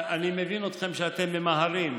אני מבין אתכם שאתם ממהרים,